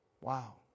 Wow